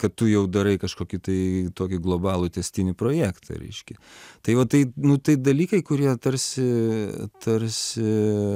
kad tu jau darai kažkokį tai tokį globalų tęstinį projektą reiškia tai va tai nu tai dalykai kurie tarsi tarsi